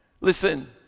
Listen